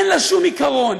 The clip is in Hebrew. אין לה שום עיקרון,